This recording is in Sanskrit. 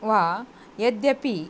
वा यद्यपि